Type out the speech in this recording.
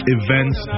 events